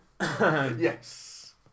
Yes